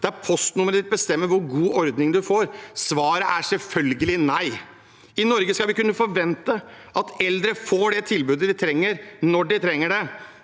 der postnummeret bestemmer hvor god ordning man får? Svaret er selvfølgelig nei. I Norge skal vi kunne forvente at eldre får det tilbudet de trenger når de trenger det.